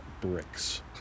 bricks